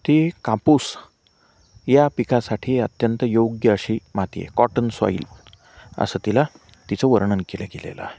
ती कापूस या पिकासाठी अत्यंत योग्य अशी माती आहे कॉटन सॉईल असं तिला तिचं वर्णन केलं गेलेलं आहे